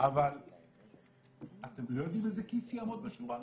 אבל אתם לא יודעים איזה כיס יעמוד בשורה הראשונה.